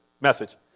message